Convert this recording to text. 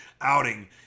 outing